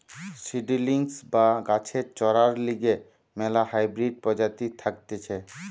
seedlings বা গাছের চরার লিগে ম্যালা হাইব্রিড প্রজাতি থাকতিছে